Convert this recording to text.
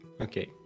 Okay